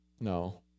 No